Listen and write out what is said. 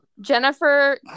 Jennifer